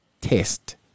test